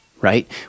right